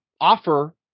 offer